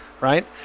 Right